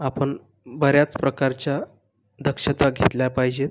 आपण बऱ्याच प्रकारच्या दक्षता घेतल्या पाहिजेत